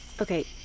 Okay